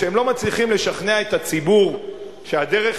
כשהם לא מצליחים לשכנע את הציבור שהדרך